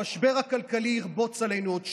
המשבר הכלכלי ירבוץ עלינו עוד שנים.